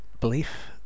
belief